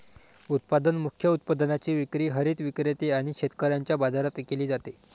उत्पादन मुख्य उत्पादनाची विक्री हरित विक्रेते आणि शेतकऱ्यांच्या बाजारात केली जाते